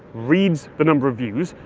reads the number of views,